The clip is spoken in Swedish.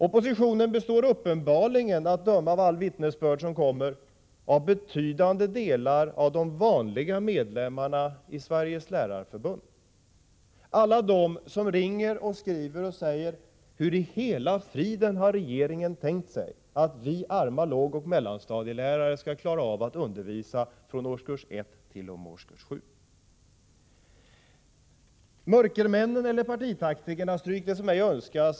Oppositionen består uppenbarligen också av betydande grupper av de vanliga medlemmarna i Sveriges lärarförbund — av alla dem som ringer och skriver och säger: Hur i hela friden har regeringen tänkt sig att vi arma lågoch mellanstadielärare skall klara av att undervisa från årskurs 1 t.o.m. årskurs 7? Mörkermän eller partitaktiker — stryk det som ej önskas!